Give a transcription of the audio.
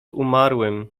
umarłym